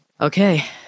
Okay